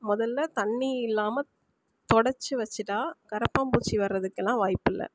முதல்ல தண்ணி இல்லாமல் தொடைச்சி வெச்சுட்டா கரப்பான்பூச்சி வர்றதுக்கெல்லாம் வாய்ப்பில்லை